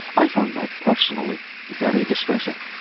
i found that personally very distressing.